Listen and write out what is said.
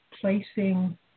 placing